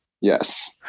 Yes